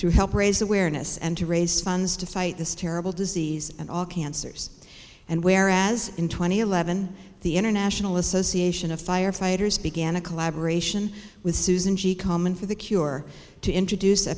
to help raise awareness and to raise funds to fight this terrible disease and all cancers and whereas in two thousand and eleven the international association of firefighters began a collaboration with susan g komen for the cure to introduce a